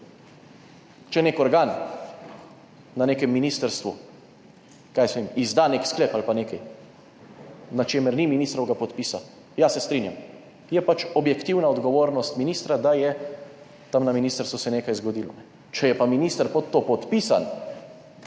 če nek organ na nekem ministrstvu, kaj jaz vem, izda nek sklep ali pa nekaj, na čemer ni ministrovega podpisa, ja, se strinjam, je pač objektivna odgovornost ministra, da je tam na ministrstvu se je nekaj zgodilo. Če je pa minister pod to podpisan,